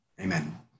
amen